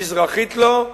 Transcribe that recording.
מזרחית לו,